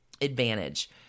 advantage